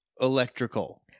electrical